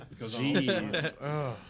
Jeez